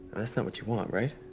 that's not what you want, right?